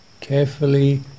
carefully